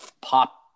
pop